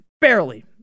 barely